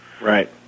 Right